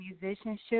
musicianship